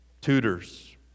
tutors